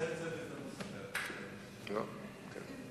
להעביר את הנושא לוועדת הכלכלה נתקבלה.